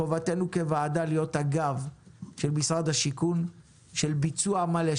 חובתנו כוועדה להיות הגב של משרד הבינוי והשיכון לביצוע מלא,